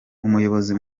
umuyobozi